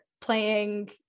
playing